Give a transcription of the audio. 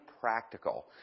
practical